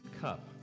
cup